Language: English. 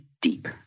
deep